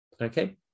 Okay